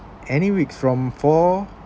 any week from four